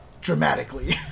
Dramatically